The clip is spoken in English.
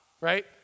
right